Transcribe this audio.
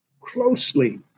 closely